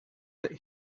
that